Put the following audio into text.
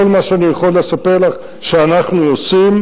כל מה שאני יכול לספר לך שאנחנו עושים,